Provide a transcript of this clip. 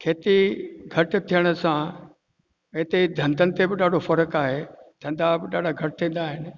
खेती घटि थियण सां हिते धंधनि ते बि ॾाढो फ़र्क़ु आहे धंधा बि ॾाढा घटि थींदा आहिनि